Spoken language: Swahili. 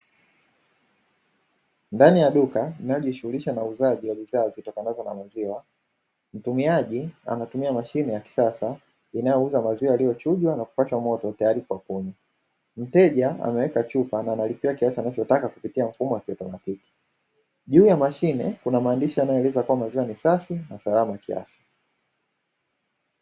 Ndani ya duka linalojishughulisha na uuzaji wa bidhaa zitokanazo na maziwa, mtumiaji anatumia mashine ya kisasa, inayouza maziwa yaliyochujwa na kupashwa moto tayari kwa kunywa, mteja ameweka chupa na kulipia kiasi anachotaka kupitia mfumo wa kiotomatiki. Juu ya mashine Kuna maandishi yanayoelezea kuwa maziwa ni safi na salama kiafya.